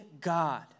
God